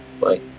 bye